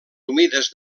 humides